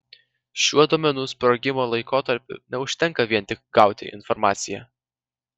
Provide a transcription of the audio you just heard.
šiuo duomenų sprogimo laikotarpiu neužtenka vien tik gauti informaciją